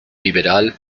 liberal